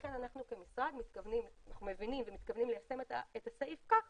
לכן אנחנו כמשרד מבינים ומתכוונים ליישם את הסעיף כך